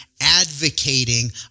advocating